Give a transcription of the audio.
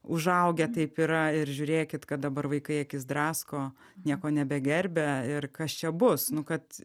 užaugę taip yra ir žiūrėkit kad dabar vaikai akis drasko nieko nebegerbia ir kas čia bus nu kad